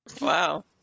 Wow